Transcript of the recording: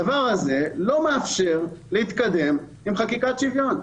הדבר הזה לא מאפשר להתקדם עם חקיקת שוויון.